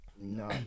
No